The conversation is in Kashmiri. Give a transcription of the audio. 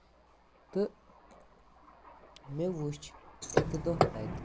تہٕ مےٚ وُچھ اَکہِ دۄہ تَتہِ